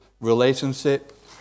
Relationship